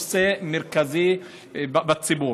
כי הנושא הזה הפך להיות נושא מרכזי בציבור.